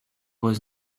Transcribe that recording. was